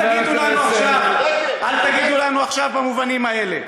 אז אל תגידו לנו עכשיו, במובנים האלה.